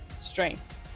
Strength